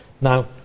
Now